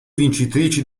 vincitrici